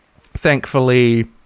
thankfully